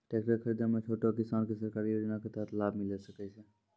Tractor खरीदै मे छोटो किसान के सरकारी योजना के तहत लाभ मिलै सकै छै?